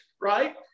right